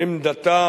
עמדתה